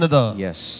Yes